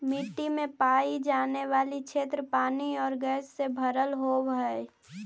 मिट्टी में पाई जाने वाली क्षेत्र पानी और गैस से भरल होवअ हई